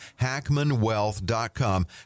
hackmanwealth.com